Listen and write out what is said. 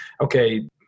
okay